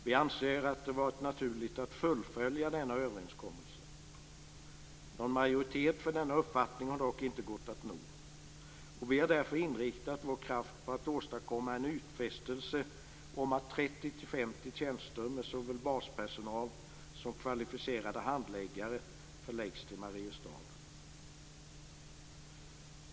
Vi anser att det hade varit naturligt att fullfölja denna överenskommelse. Någon majoritet för denna uppfattning har dock inte gått att nå. Vi har därför inriktat vår kraft på att åstadkomma en utfästelse om att 30-50 tjänster innefattande såväl baspersonal som kvalificerade handläggare förläggs till Mariestad. Fru talman!